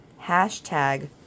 hashtag